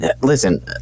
listen